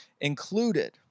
included